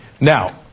Now